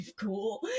cool